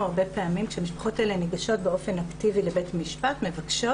כשהמשפחות האלה ניגשות באופן אקטיבי לבית משפט ומבקשות